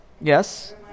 Yes